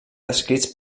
descrits